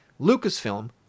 Lucasfilm